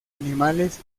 animales